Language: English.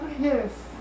Yes